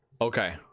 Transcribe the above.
okay